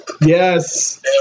yes